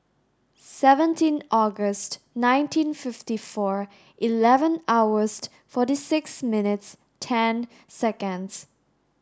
seventeen August nineteen fifty four eleven hours forty six minutes ten seconds